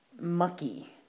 mucky